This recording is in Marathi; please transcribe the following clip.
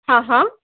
हां हां